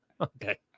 Okay